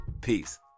Peace